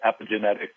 epigenetic